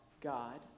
God